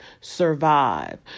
survive